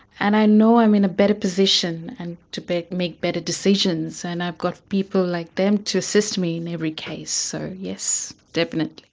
and i know i'm in a better position and to make better decisions and i've got people like them to assist me in every case. so, yes, definitely.